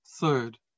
Third